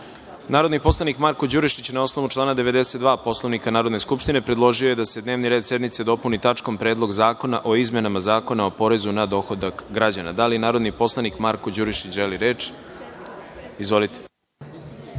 predlog. Narodni poslanik Marko Đurišić, na osnovu člana 92. Poslovnika Narodne skupštine, predložio je se da se dnevni red sednice dopuni tačkom - Predlog zakona o izmenama Zakona o porezu na dohodak građana. Da li narodni poslanik Marko Đurišić želi reč? (Da.)Izvolite.